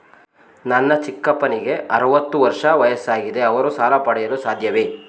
ನನ್ನ ಚಿಕ್ಕಪ್ಪನಿಗೆ ಅರವತ್ತು ವರ್ಷ ವಯಸ್ಸಾಗಿದೆ ಅವರು ಸಾಲ ಪಡೆಯಲು ಸಾಧ್ಯವೇ?